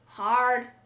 Hard